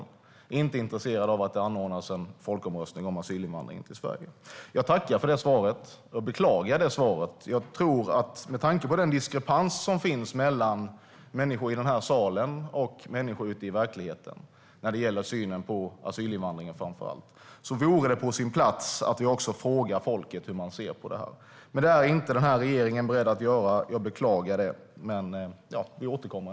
Han är inte intresserad av att det anordnas en folkomröstning om asylinvandringen till Sverige. Jag tackar för det svaret. Jag beklagar det svaret. Med tanke på den diskrepans som finns mellan människor i den här kammaren och människor ute i verkligheten när det gäller synen på framför allt asylinvandringen vore det på sin plats att vi frågar folket hur man ser på det här. Men det är inte den här regeringen beredd att göra. Jag beklagar det men vill ändå återkomma.